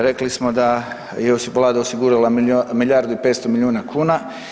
Rekli smo da je Vlada osigurala milijardu i 500 milijuna kuna.